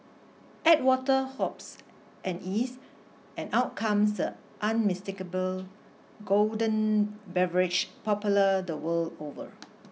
add water hops and yeast and out comes the unmistakable golden beverage popular the world over